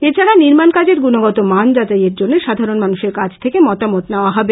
এছাড়া নির্মাণ কাজের গুণগতমান যাচাইএর জন্য সাধারণ মানুষের কাছ থেকে মতামত নেওয়া হবে